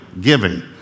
giving